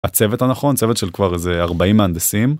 הצוות הנכון צוות של כבר איזה 40 מנדסים.